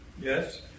Yes